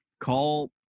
Call